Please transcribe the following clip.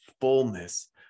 fullness